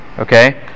Okay